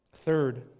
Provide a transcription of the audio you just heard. Third